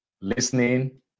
listening